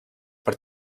per